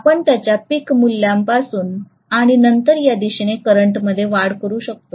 आपण त्याच्या पीक मूल्यापासून आणि नंतर या दिशेने करंटमध्ये वाढ करू शकतो